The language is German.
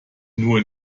nur